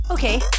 Okay